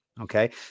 Okay